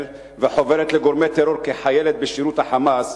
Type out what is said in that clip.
וחוברת לגורמי טרור כחיילת בשירות ה"חמאס",